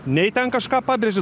nei ten kažką pabrėžė